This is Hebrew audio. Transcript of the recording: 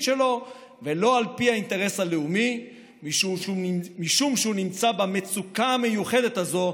שלו ולא על פי האינטרס הלאומי משום שהוא נמצא במצוקה המיוחדת הזו,